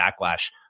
backlash